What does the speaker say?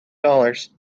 dollars